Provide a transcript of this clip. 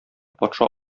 патша